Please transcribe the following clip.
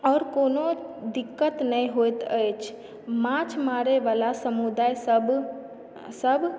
आओर कोनो दिक्कत नहि होइत अछि माछ मारयवला समुदायसभ सभ